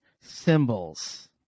symbols